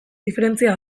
diferentzia